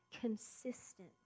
consistent